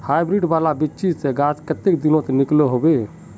Hybrid वाला बिच्ची से गाछ कते दिनोत निकलो होबे?